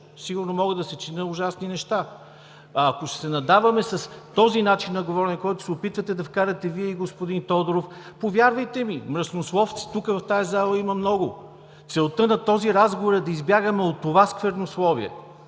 Сигурно мога да съчиня ужасни неща. Ако ще се наддаваме с този начин на говорене, който се опитвате да вкарате Вие и господин Тодоров, повярвайте ми, мръснословци тук, в тази зала, има много. Целта на този разговор е да избягаме от това сквернословие